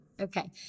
Okay